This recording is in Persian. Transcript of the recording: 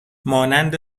مانند